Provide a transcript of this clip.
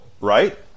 right